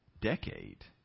decade